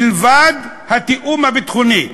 מלבד התיאום הביטחוני.